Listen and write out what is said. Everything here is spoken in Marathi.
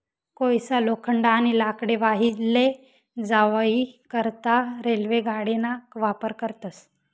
कोयसा, लोखंड, आणि लाकडे वाही लै जावाई करता रेल्वे गाडीना वापर करतस